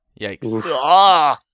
Yikes